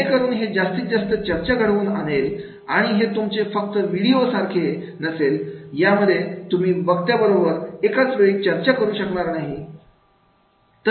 जेणेकरून हे जास्तीत जास्त चर्चा घडवून आणेल आणि हे तुमचे फक्त व्हिडिओ सारखे नसेल यामध्ये तुम्ही वक्त्या बरोबर एकाच वेळी चर्चा करू शकत नाही